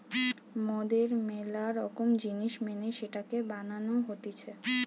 মদের ম্যালা রকম জিনিস মেনে সেটাকে বানানো হতিছে